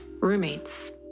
roommates